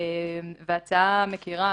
וההצעה מכירה,